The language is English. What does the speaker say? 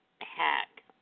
hack